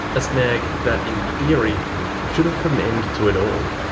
a snag that in theory should have put an end to it all.